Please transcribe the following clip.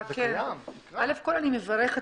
אלף כול, אני מברכת.